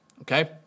okay